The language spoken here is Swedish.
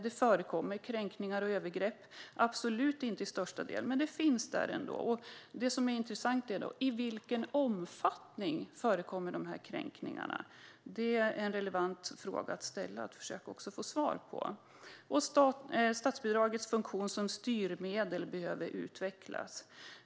Det förekommer kränkningar och övergrepp - i största delen absolut inte, men det finns där. Det som är intressant är i vilken omfattning dessa kränkningar förekommer. Det är en relevant fråga att ställa och försöka få svar på. Statsbidragets funktion som styrmedel behöver också utvecklas.